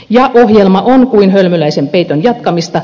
ja ohjelma on kuin hölmöläisen peiton jatkamista